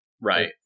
Right